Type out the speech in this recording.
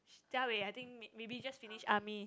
jia wei I think m~ maybe just finish army